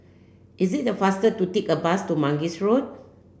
is it the faster to take a bus to Mangis Road